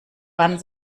wann